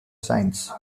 signs